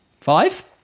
Five